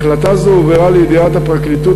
החלטה זו הועברה לידיעת הפרקליטות,